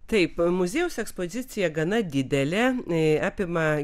taip muziejaus ekspozicija gana didelė apima